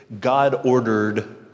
God-ordered